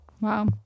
Wow